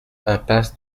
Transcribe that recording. impasse